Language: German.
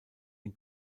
den